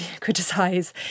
criticise